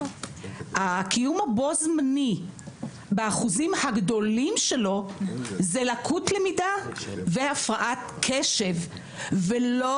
הקיום הבו-זמני באחוזים הגדולים שלו זה לקות למידה והפרעת קשב ולא